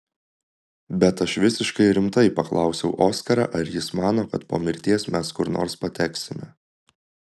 bet aš visiškai rimtai paklausiau oskarą ar jis mano kad po mirties mes kur nors pateksime